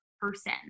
person